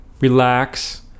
relax